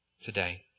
today